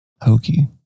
hokey